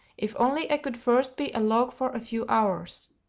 if only i could first be a log for a few hours.